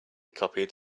copied